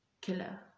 killer